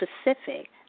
specific